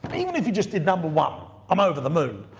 but even if you just did number one, i'm over the moon,